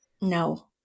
No